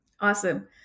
Awesome